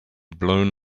blown